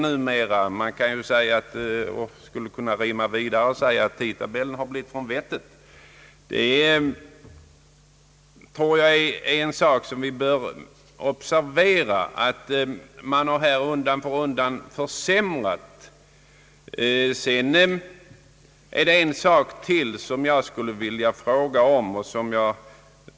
Jag skulle kunna fortsätta rimmet och tillägga: »Tidtabellen har blivit från vettet.« Ty man har faktiskt undan för undan försämrat tidtabellen. Jag skulle vilja belysa ytterligare en fråga.